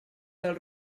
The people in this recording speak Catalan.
dels